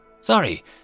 sorry